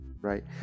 right